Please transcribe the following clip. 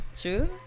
True